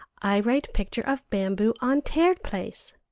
i write picture of bamboo on teared place.